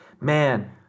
man